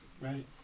right